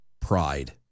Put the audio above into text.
pride